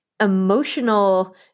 emotional